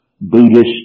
Buddhist